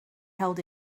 held